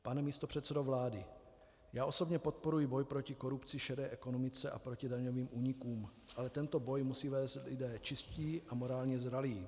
Pane místopředsedo vlády, já osobně podporuji boj proti korupci, šedé ekonomice a proti daňovým únikům, ale tento boj musí vést lidé čistí a morálně zralí.